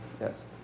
Yes